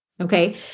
okay